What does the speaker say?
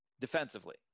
defensively